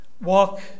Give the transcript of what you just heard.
Walk